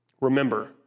Remember